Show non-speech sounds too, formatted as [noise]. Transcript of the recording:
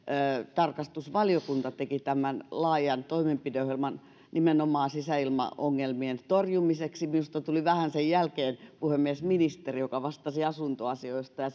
tarkastusvaliokunta teki laajan toimenpideohjelman nimenomaan sisäilmaongelmien torjumiseksi minusta tuli vähän sen jälkeen puhemies ministeri joka vastasi asuntoasioista [unintelligible]